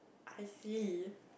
I see